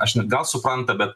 aš gal supranta bet